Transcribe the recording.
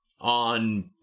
on